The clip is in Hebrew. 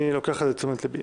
אני לוקח את זה לתשומת לבי.